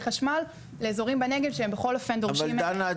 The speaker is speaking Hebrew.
חשמל לאזורים בנגב שבכל אופן דורשים --- יש להם --- אבל דנה,